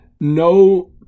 no